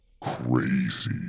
crazy